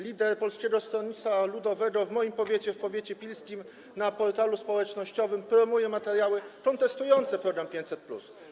Lider Polskiego Stronnictwa Ludowego w moim powiecie, w powiecie pilskim, na portalu społecznościowym promuje materiały kontestujące program 500+.